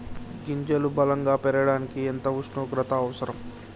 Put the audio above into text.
గింజలు బలం గా పెరగడానికి ఎంత ఉష్ణోగ్రత అవసరం?